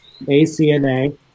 ACNA